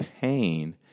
pain